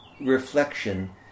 reflection